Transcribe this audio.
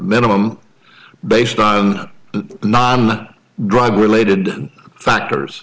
minimum based on the drug related factors